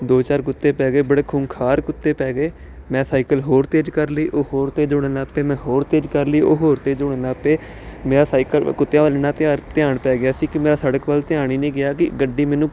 ਦੋ ਚਾਰ ਕੁੱਤੇ ਪੈ ਗਏ ਬੜੇ ਖੂੰਖਾਰ ਕੁੱਤੇ ਪੈ ਗਏ ਮੈਂ ਸਾਈਕਲ ਹੋਰ ਤੇਜ਼ ਕਰ ਲਈ ਉਹ ਹੋਰ ਤੇਜ਼ ਦੌੜਨ ਲੱਗ ਪਏ ਮੈਂ ਹੋਰ ਤੇਜ਼ ਕਰ ਲਈ ਉਹ ਹੋਰ ਤੇਜ਼ ਦੌੜਨ ਲੱਗ ਪਏ ਮੇਰਾ ਸਾਈਕਲ ਕੁੱਤਿਆਂ ਵੱਲ ਐਨਾ ਧਿਆਰ ਧਿਆਨ ਪੈ ਗਿਆ ਸੀ ਕਿ ਮੈਂ ਸੜਕ ਵੱਲ ਧਿਆਨ ਹੀ ਨਹੀਂ ਗਿਆ ਕਿ ਗੱਡੀ ਮੈਨੂੰ